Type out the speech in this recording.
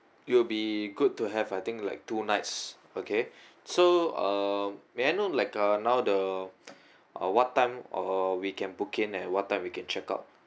it will be good to have I think like two nights okay so um may I like uh now the uh what time uh we can book in and what time we can check out